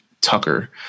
Tucker